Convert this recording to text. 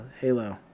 Halo